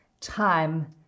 time